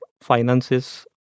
finances